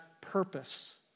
purpose